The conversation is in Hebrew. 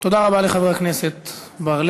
תודה רבה לחבר הכנסת בר-לב.